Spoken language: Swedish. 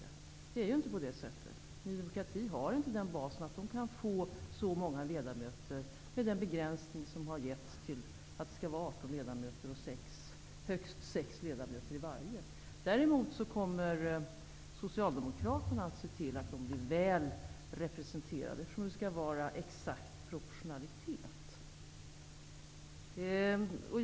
Det är inte så. Ny demokrati har inte den basen att det kan få så många ledamöter med tanke på den begränsning som anges, att det skall vara 18 ledamöter, högst sex ledamöter i varje. Däremot kommer Socialdemokraterna att se till att bli väl representerade för att det skall vara exakt proportionalitet.